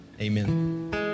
Amen